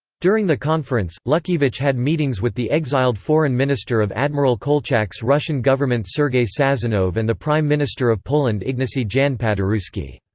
during the conference, luckievic had meetings with the exiled foreign minister of admiral kolchak's russian government sergey sazonov and the prime minister of poland ignacy jan paderewski.